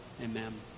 Amen